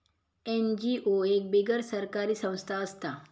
NGO एक बिगर सरकारी संस्था असता